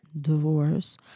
divorce